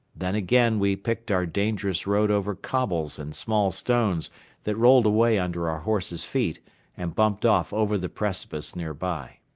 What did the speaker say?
then again we picked our dangerous road over cobbles and small stones that rolled away under our horses' feet and bumped off over the precipice nearby.